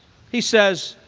he says,